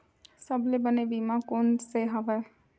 सबले बने बीमा कोन से हवय?